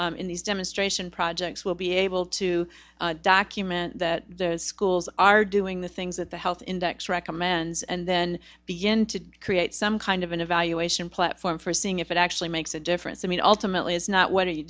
together in these demonstration projects will be able to document those schools are doing the things that the health index recommends and then begin to create some kind of an evaluation platform for seeing if it actually makes a difference i mean ultimately it's not what are you